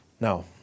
Now